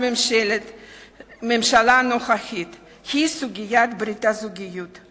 הממשלה הנוכחית היא סוגיית ברית הזוגיות.